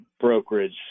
brokerage